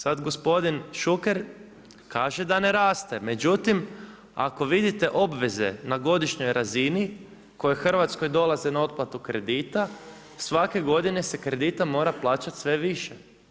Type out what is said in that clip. Sad gospodin Šuker kaže da ne raste, međutim ako vidite obveze na godišnjoj razini, koje Hrvatskoj dolaze na otplatu kredita, svake godine se kredita mora plaćati sve više.